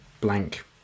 blank